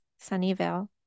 Sunnyvale